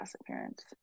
appearance